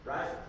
Right